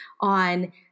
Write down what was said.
on